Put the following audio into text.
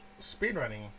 speedrunning